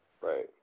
Right